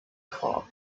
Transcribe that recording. far